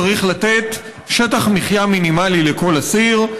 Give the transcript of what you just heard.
צריך לתת שטח מחיה מינימלי לכל אסיר.